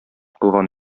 кылган